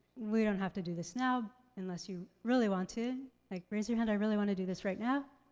we don't have to do this now unless you really want to. like raise your hand, i really wanna do this right now.